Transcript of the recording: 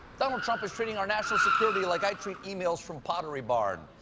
donald trump is treating our national security like i treat emails from pottery barn.